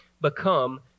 become